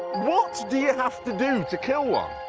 what do you have to do to kill one?